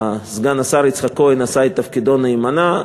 סגן השר יצחק כהן עשה את תפקידו נאמנה,